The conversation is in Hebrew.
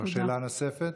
יש לך שאלה נוספת?